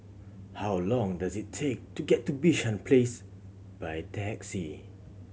how long does it take to get to Bishan Place by taxi